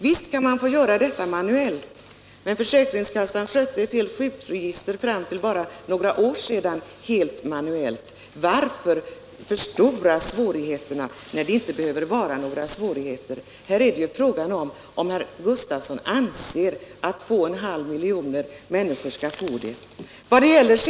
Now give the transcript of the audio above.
Visst kan man få göra arbetet manuellt, men försäkringskassan skötte ett helt sjukregister fram till för bara några år sedan helt manuellt. Varför förstora svårigheterna, när det inte behöver vara några svårigheter? Frågan är ju här om herr Gustavsson anser att 2,5 miljoner människor skall få retroaktivt sjukpenningtillägg eller inte.